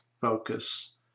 focus